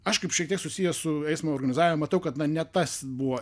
aš kaip šiek tiek susijęs su eismo organizavimu matau kad na ne tas buvo